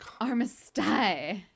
Armistice